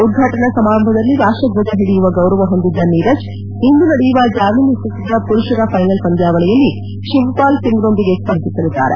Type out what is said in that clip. ಉದ್ವಾಟನಾ ಸಮಾರಂಭದಲ್ಲಿ ರಾಷ್ಟ್ರದ್ವಜ ಹಿಡಿಯುವ ಗೌರವ ಹೊಂದಿದ್ದ ನೀರಚ್ ಇಂದು ನಡೆಯುವ ಜಾವಲಿನ್ ಎಸೆತದ ಪುರುಷರ ಫೈನಲ್ ಪಂದ್ವಾವಳಿಯಲ್ಲಿ ಶಿವಪಾಲ್ ಸಿಂಗ್ರೊಂದಿಗೆ ಸ್ವರ್ಧಿಸಲಿದ್ದಾರೆ